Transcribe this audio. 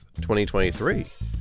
2023